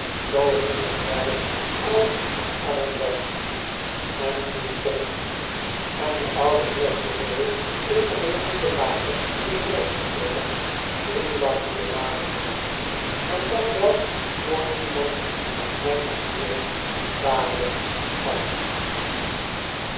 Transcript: zoo gingen zij arm in arm weg en toen wmm twee gelukk igen tom en de oude heer chuzzlewit eenige minuten later eveneens vertrokken gliralachte de laatiste nog en dat wel voor iemand van zijn manieren tamelijk schalks